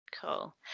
Cool